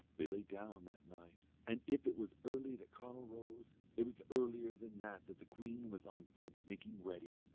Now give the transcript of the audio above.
they lay down that night, and if it was early that conall rose, it was earlier than that that the queen was on foot making ready.